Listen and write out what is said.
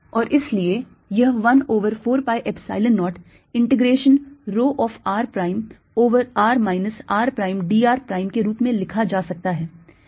और इसलिए यह 1 over 4 pi epsilon 0 integration rho of r prime over r minus r prime dr prime के रूप में लिखा जा सकता है